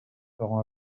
torrent